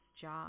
job